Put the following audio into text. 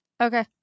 Okay